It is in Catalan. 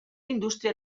indústria